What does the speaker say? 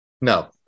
No